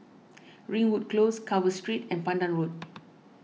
Ringwood close Carver Street and Pandan Road